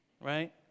right